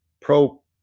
pro